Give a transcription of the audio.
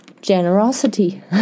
generosity